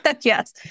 Yes